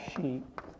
sheep